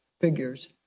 figures